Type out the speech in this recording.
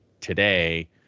today